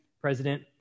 president